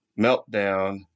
meltdown